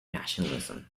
nationalism